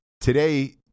Today